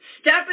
step